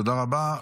תודה רבה.